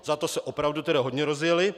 Za to se opravdu tedy hodně rozjeli.